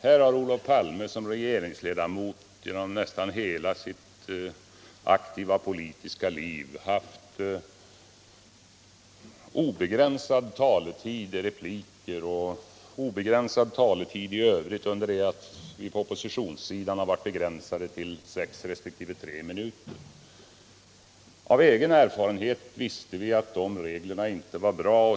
Här har Olof Palme som regeringsledamot genom nästan hela sitt aktiva politiska liv haft obe gränsad talartid i repliker och obegränsad taletid i övrigt, under det att vi som då var i opposition har måst begränsa oss till sex resp. tre minuter. Av egen erfarenhet visste vi i den nya regeringen att de reglerna inte var bra.